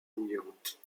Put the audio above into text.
bouillante